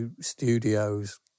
studios